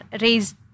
raised